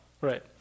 Right